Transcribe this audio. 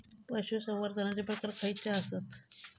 पशुसंवर्धनाचे प्रकार खयचे आसत?